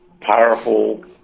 Powerful